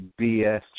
BS